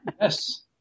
yes